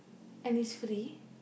and it's free